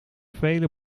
vele